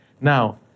Now